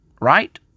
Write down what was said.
right